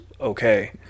okay